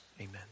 Amen